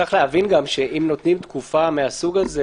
צריך להבין שאם נותנים תקופה מהסוג הזה,